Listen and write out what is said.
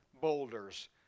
boulders